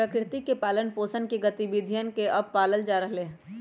प्रकृति के पालन पोसन के गतिविधियन के अब पाल्ल जा रहले है